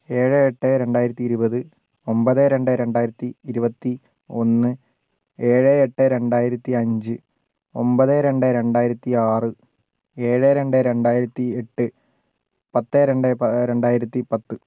ഏഴ് എട്ട് രണ്ടായിരത്തി ഇരുപത് ഒമ്പത് രണ്ട് രണ്ടായിരത്തി ഇരുപത്തി ഒന്ന് ഏഴ് എട്ട് രണ്ടായിരത്തി അഞ്ച് ഒമ്പത് രണ്ട് രണ്ടായിരത്തി ആറ് ഏഴ് രണ്ട് രണ്ടായിരത്തി എട്ട് പത്ത് രണ്ട് രണ്ടായിരത്തി പത്ത്